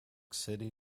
city